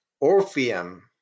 Orpheum